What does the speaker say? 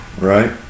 Right